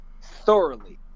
thoroughly